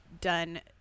done